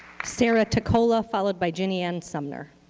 sarah tacola followed by ginnie ann sumner.